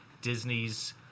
Disney's